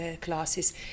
classes